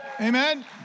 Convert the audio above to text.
Amen